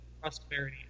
prosperity